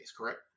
correct